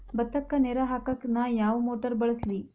ಭತ್ತಕ್ಕ ನೇರ ಹಾಕಾಕ್ ನಾ ಯಾವ್ ಮೋಟರ್ ಬಳಸ್ಲಿ?